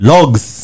Logs